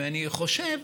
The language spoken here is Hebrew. אני חושב